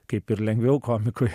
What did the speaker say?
kaip ir lengviau komikui